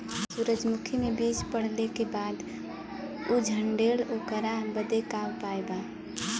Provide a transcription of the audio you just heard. सुरजमुखी मे बीज पड़ले के बाद ऊ झंडेन ओकरा बदे का उपाय बा?